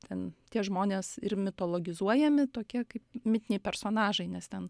ten tie žmonės ir mitologizuojami tokie kaip mitiniai personažai nes ten